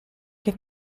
che